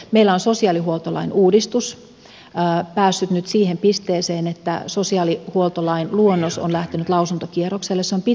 meillä on sosiaalihuoltolain uudistus päässyt nyt siihen pisteeseen että sosiaalihuoltolain luonnos on lähtenyt lausuntokierrokselle